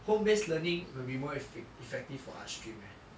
home based learning will be more effective for art stream eh